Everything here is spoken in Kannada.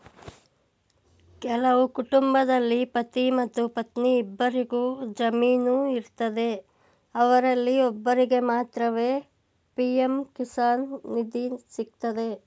ಕೆಲವು ಕುಟುಂಬದಲ್ಲಿ ಪತಿ ಮತ್ತು ಪತ್ನಿ ಇಬ್ಬರಿಗು ಜಮೀನು ಇರ್ತದೆ ಅವರಲ್ಲಿ ಒಬ್ಬರಿಗೆ ಮಾತ್ರವೇ ಪಿ.ಎಂ ಕಿಸಾನ್ ನಿಧಿ ಸಿಗ್ತದೆ